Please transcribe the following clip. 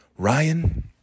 Ryan